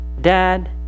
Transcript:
Dad